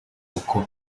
uko